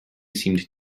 seemed